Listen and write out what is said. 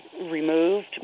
removed